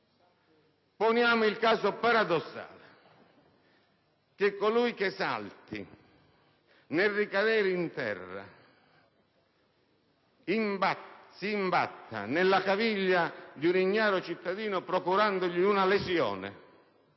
Poniamo il caso paradossale che colui che salti, nel ricadere in terra, si imbatta nella caviglia di un ignaro cittadino procurandogli una lesione,